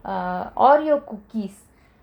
uh all your cookies